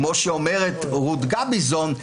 כמו שאומרת רות גביזון,